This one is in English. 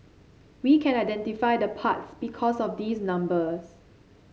we can identify the parts because of these numbers